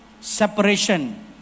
Separation